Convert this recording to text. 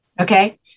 okay